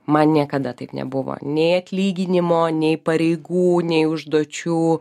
man niekada taip nebuvo nei atlyginimo nei pareigų nei užduočių